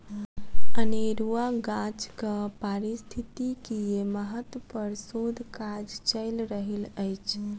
अनेरुआ गाछक पारिस्थितिकीय महत्व पर शोध काज चैल रहल अछि